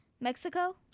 Mexico